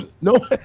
no